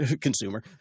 consumer